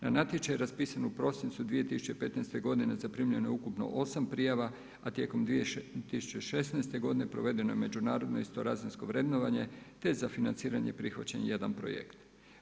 Na natječaj raspisan u prosincu 2015. godine zaprimljeno je ukupno 8 prijava a tijekom 2016. godine provedeno je međunarodno istorazinsko vrednovanje te je za financiranje prihvaćen 1 projekt.